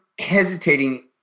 hesitating